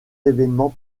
événements